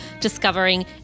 discovering